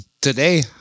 Today